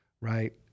Right